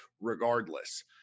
regardless